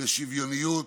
לשוויוניות